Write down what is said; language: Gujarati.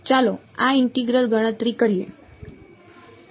ચાલો આ ઇન્ટેગ્રલ ગણતરી કરીએ